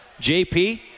JP